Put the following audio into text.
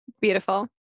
Beautiful